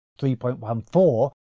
3.14